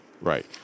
right